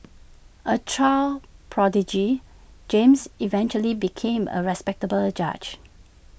A child prodigy James eventually became A respectable judge